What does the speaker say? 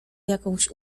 jakąś